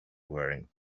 wearing